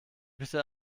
bitte